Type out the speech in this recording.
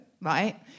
right